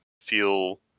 feel